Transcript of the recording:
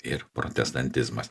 ir protestantizmas